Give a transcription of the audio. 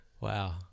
Wow